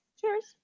Cheers